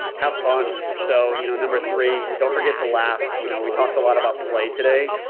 have fun so, you know number three, don't forget to laugh. you know we talked a lot about play today.